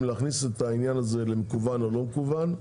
להכניס את העניין הזה למקוון או לא מקוון.